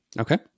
Okay